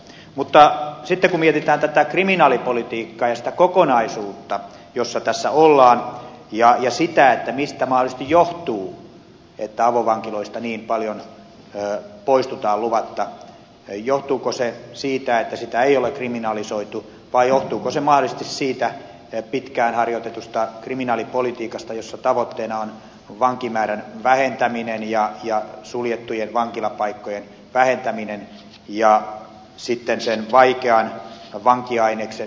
mutta sitten kun mietitään tätä kriminaalipolitiikkaa ja sitä kokonaisuutta missä tässä ollaan ja sitä mistä mahdollisesti johtuu että avovankiloista niin paljon poistutaan luvatta niin johtuuko se siitä että sitä ei ole kriminalisoitu vai johtuuko se mahdollisesti siitä pitkään harjoitetusta kriminaalipolitiikasta jossa tavoitteena on vankimäärän vähentäminen ja suljettujen vankilapaikkojen vähentäminen ja sitten sen vaikean vankiaineksen sijoittaminen avovankiloihin